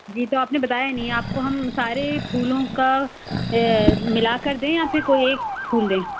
جی تو آپ نے بتایا نہیں آپ کو ہم سارے پھولوں کا ملا کر دیں یا پھر کوئی ایک پھول دیں